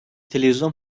televizyon